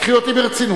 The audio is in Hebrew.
קחי אותי ברצינות.